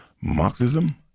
Marxism